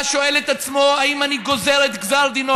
שואל את עצמו: האם אני גוזר את גזר דינו